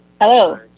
Hello